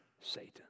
Satan